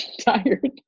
tired